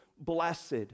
blessed